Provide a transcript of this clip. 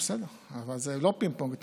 בסדר, אבל זה לא פינג פונג.